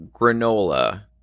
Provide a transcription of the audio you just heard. granola